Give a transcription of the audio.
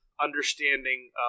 understanding